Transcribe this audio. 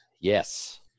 Yes